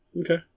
Okay